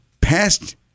past